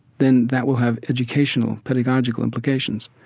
then that will have educational, pedagogical implications.